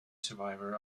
survivor